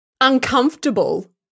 uncomfortable